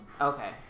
okay